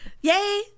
Yay